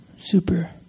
Super